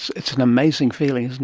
it's an amazing feeling, isn't